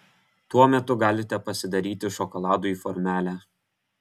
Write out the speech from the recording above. tuo metu galite pasidaryti šokoladui formelę